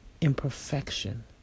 imperfection